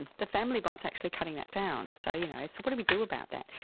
the family bot is actually cutting that down. so you know so what do we do about that?